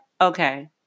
Okay